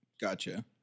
Gotcha